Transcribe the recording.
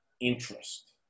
interest